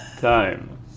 Time